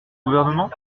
gouvernement